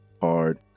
hard